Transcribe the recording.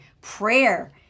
prayer